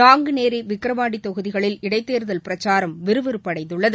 நாங்குநேரி விக்கிரவாண்டி தொகுதிகளில் இடைத்தேர்தல் பிரச்சாரம் விறுவிறுப்படைந்துள்ளது